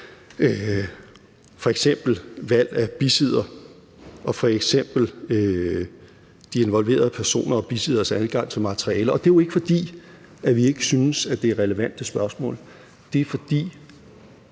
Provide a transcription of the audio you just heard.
f.eks. valg af bisidder og f.eks. de involverede personer og bisidderes adgang til materialer. Og det er jo ikke, fordi vi ikke synes, at det er relevante spørgsmål, men det er, fordi